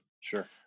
sure